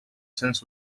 cents